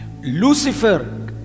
Lucifer